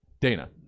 Dana